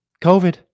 covid